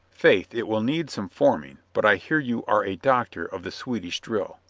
faith, it will need some forming, but i hear you are a doctor of the swedish drill.